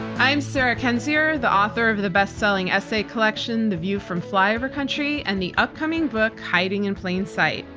i'm sarah kendzior, the author of the bestselling essay collection, the view from flyover country and the upcoming book hiding in plain sight.